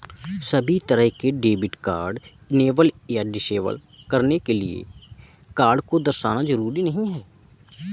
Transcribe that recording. सभी तरह के डेबिट कार्ड इनेबल या डिसेबल करने के लिये कार्ड को दर्शाना जरूरी नहीं है